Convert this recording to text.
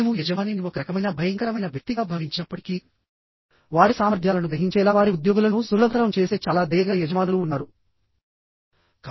మేము యజమానిని ఒక రకమైన భయంకరమైన వ్యక్తిగా భావించినప్పటికీ వారి సామర్థ్యాలను గ్రహించేలా వారి ఉద్యోగులను సులభతరం చేసే చాలా దయగల యజమానులు ఉన్నారు